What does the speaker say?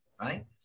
right